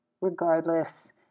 Regardless